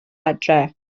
adre